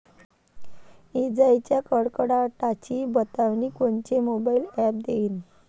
इजाइच्या कडकडाटाची बतावनी कोनचे मोबाईल ॲप देईन?